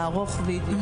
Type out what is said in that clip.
לערוך וידאו